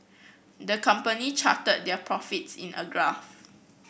the company charted their profits in a graph